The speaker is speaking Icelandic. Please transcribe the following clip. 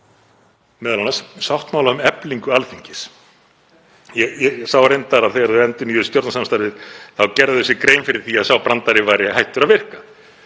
sinn m.a. sáttmála um eflingu Alþingis. Ég sá reyndar að þegar þau endurnýjuðu stjórnarsamstarfið þá gerðu þau sér grein fyrir því að sá brandari væri hættur að virka